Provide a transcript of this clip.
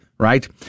right